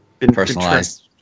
Personalized